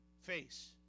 face